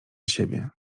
siebie